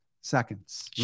seconds